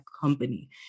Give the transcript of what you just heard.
company